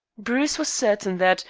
bruce was certain that,